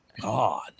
god